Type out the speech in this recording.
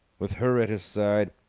with her at his side,